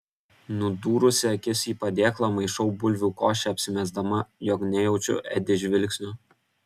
nudūrusi akis į padėklą maišau bulvių košę apsimesdama jog nejaučiu edi žvilgsnio